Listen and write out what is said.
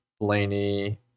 Blaney